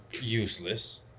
useless